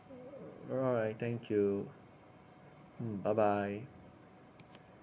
all right thank you bye bye